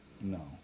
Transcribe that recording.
No